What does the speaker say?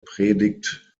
predigt